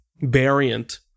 variant